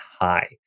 high